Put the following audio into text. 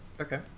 Okay